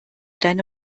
deine